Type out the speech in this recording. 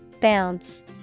Bounce